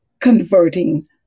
converting